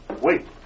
Wait